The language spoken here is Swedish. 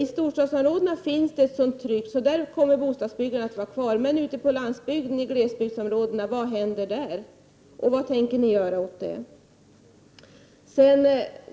I storstadsområdena är det ett sådant tryck att bostadsbyggandet kommer att fortsätta, men vad händer på landsbygden och i glesbygdsområdena? Vad tänker ni göra åt det?